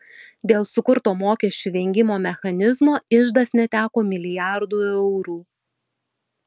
dėl sukurto mokesčių vengimo mechanizmo iždas neteko milijardų eurų